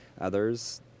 Others